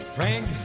Frank